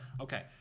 Okay